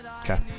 Okay